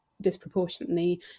disproportionately